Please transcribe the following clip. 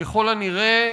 ככל הנראה,